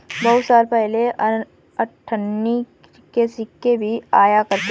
बहुत साल पहले अठन्नी के सिक्के भी आया करते थे